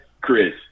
Chris